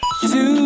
Two